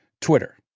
Twitter